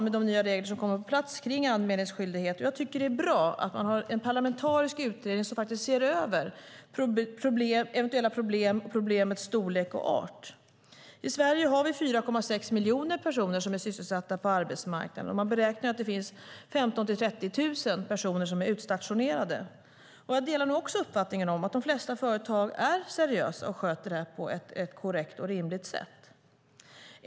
De nya regler som kommer på plats kring anmälningsskyldighet är bra, och det är bra att man har en parlamentarisk utredning som ser över eventuella problem och deras storlek och art. I Sverige har vi 4,6 miljoner personer som är sysselsatta på arbetsmarknaden. Man beräknar att det finns 15 000-30 000 personer som är utstationerade. Jag delar uppfattningen att de flesta företag är seriösa och sköter detta på ett korrekt och rimligt sätt.